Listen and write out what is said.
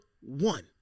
one